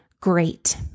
great